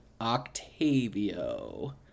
Octavio